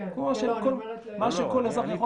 מה שכל אזרח --- לא,